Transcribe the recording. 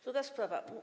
Druga sprawa.